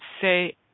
say